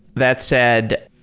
that said,